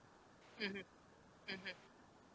mmhmm mmhmm